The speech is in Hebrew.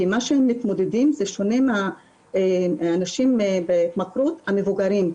כי מה שהם מתמודדים זה שונה מאנשים בהתמכרות המבוגרים,